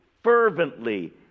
fervently